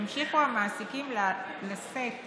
ימשיכו המעסיקים לשאת